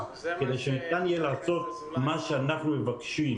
כדי שניתן יהיה לעשות מה שאנחנו מבקשים,